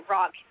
Rock